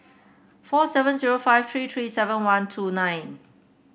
four seven zero five three three seven one two nine